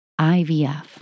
IVF